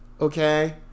Okay